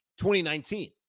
2019